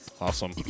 Awesome